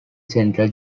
central